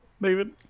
David